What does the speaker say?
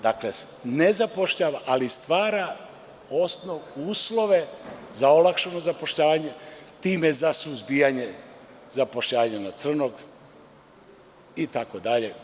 Dakle, ne zapošljava, ali stvara osnov, uslove za olakšano zapošljavanje, a time i za suzbijanje zapošljavanja na crno, itd.